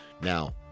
Now